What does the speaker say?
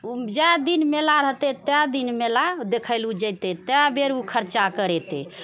ओ जए दिन मेला रहतै तए दिन मेला देखए लऽ ओ जेतै तए बेर ओ खर्चा करेतै